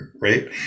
right